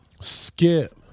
Skip